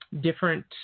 different